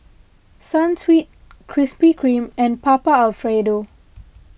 Sunsweet Krispy Kreme and Papa Alfredo